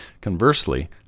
Conversely